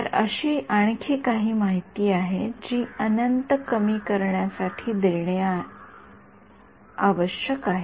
तर अशी आणखी काही माहिती आहे जी अनंत कमी करण्यासाठी देणे आहे आवश्यक आहे